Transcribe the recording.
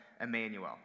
Emmanuel